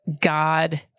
God